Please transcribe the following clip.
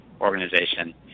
organization